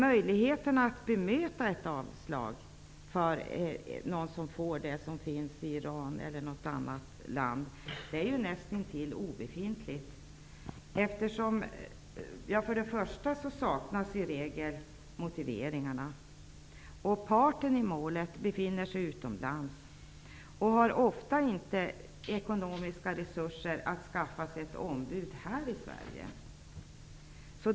Möjligheterna att bemöta ett avslag för den som finns i Iran eller något annat land är nästintill obefintliga. I regel saknas motivering. Parten i målet befinner sig ofta utomlands och har inte ekonomiska resurser att skaffa sig ett ombud här i Sverige.